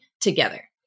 together